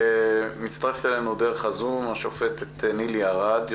מצטרפת אלינו דרך הזום השופטת נילי ארד,